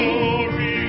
Glory